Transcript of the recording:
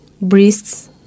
breasts